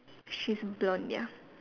she's blonde ya